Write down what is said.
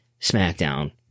SmackDown